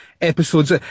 episodes